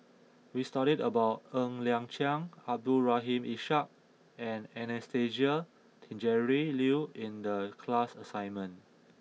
We studied about Ng Liang Chiang Abdul Rahim Ishak and Anastasia Tjendri Liew in the class assignment